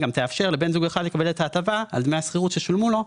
היא תאפשר לאחד מבני הזוג לקבל את ההטבה על דמי השכירות ששולמו לו,